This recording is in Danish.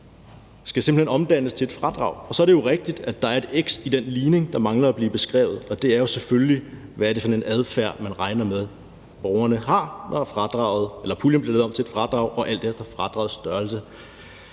skal simpelt hen omdannes til et fradrag. Og så er det jo rigtigt, at der er et x i den ligning, der mangler at blive beskrevet, og det er selvfølgelig, hvad det er for en adfærd, man regner med at borgerne har, når puljen bliver lavet om til et fradrag, og alt efter fradragets størrelse.